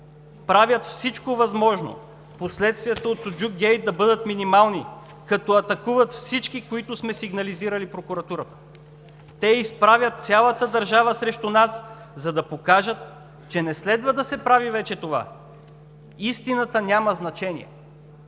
„Правят всичко възможно последствията от Суджук гейт да бъдат минимални, като атакуват всички, които сме сигнализирали Прокуратурата. Те изправят цялата държава срещу нас, за да покажат, че не следва да се прави вече това. Истината няма значение“.